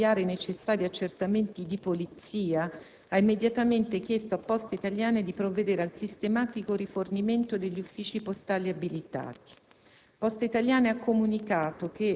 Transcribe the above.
il Ministero dell'interno, oltre ad avviare i necessari accertamenti di Polizia, ha immediatamente chiesto a Poste Italiane di provvedere al sistematico rifornimento degli uffici postali abilitati.